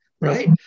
right